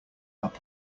part